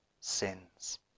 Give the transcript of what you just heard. sins